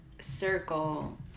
circle